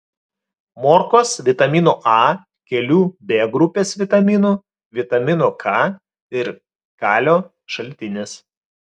morkos vitamino a kelių b grupės vitaminų vitamino k ir kalio šaltinis